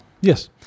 Yes